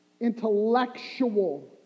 intellectual